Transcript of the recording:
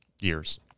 years